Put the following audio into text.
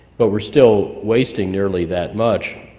but we're still wasting nearly that much